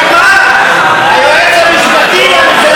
רק מה, היועץ המשפטי לממשלה